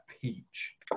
peach